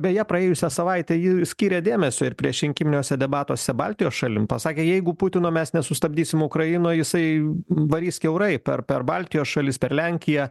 beje praėjusią savaitę ji skiria dėmesio ir priešrinkiminiuose debatuose baltijos šalim pasakė jeigu putino mes nesustabdysim ukrainoj jisai varys kiaurai per per baltijos šalis per lenkiją